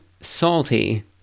salty